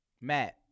Matt